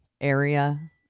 area